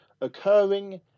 occurring